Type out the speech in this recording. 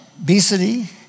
obesity